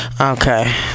okay